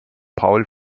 paul